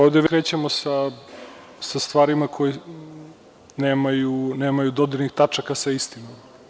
Ovde već krećemo sa stvarima koje nemaju dodirnih tačaka sa istinom.